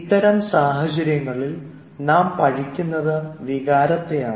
ഇത്തരം സാഹചര്യങ്ങളിൽ നാം പഴി പറയുന്നത് വികാരത്തെയാണ്